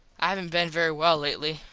i havent been very well lately.